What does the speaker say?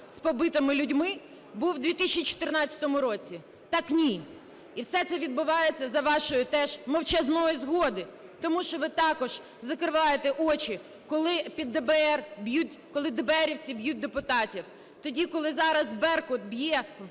з побитими людьми, був у 2014 році. Так ні! І все це відбувається за вашої теж мовчазною згоди, тому що ви також закриваєте очі, коли під ДБР б'ють... коли дебеерівці б'ють депутатів, тоді коли зараз "Беркут" б'є в